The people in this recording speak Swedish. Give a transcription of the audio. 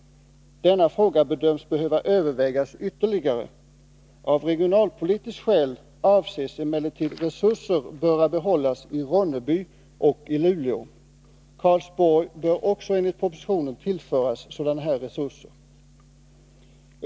Denna fråga bedöms behöva övervägas ytterligare. Av regionalpolitiska skäl avses emellertid resurser böra behållas i Ronneby och i Luleå. Karlsborg bör också enligt propositionen tillföras sådana resurser.